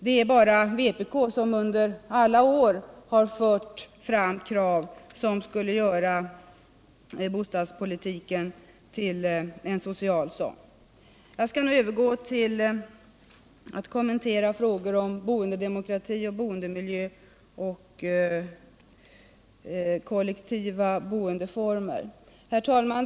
Det är bara vpk som under alla år har fört fram krav som skulle innebära en social bostadspolitik. Jag skall nu övergå till att kommentera frågor om boendedemokrati, boendemiljö och kollektiva boendeformer. Herr talman!